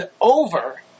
over